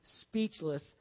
speechless